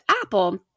Apple